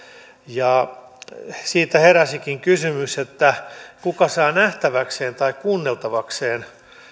ja siitä heräsikin kysymys kuka saa nähtäväkseen tai kuunneltavakseen